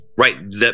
Right